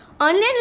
Online